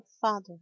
father